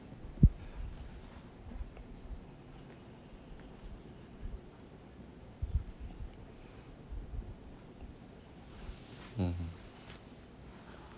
mmhmm